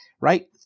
right